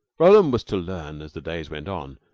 roland was to learn, as the days went on,